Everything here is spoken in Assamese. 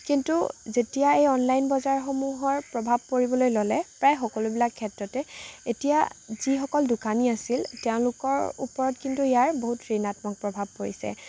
কিন্তু যেতিয়া এই অনলাইন বজাৰসমূহৰ প্ৰভাৱ পৰিবলৈ ল'লে প্ৰায় সকলোবিলাক ক্ষেত্ৰতে এতিয়া যিসকল দোকানী আছিল তেওঁলোকৰ ওপৰত কিন্তু ইয়াৰ বহুত ঋণাত্মক প্ৰভাৱ পৰিছে